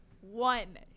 One